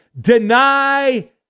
deny